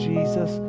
Jesus